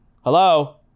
Hello